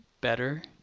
better